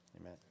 Amen